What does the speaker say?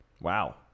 Wow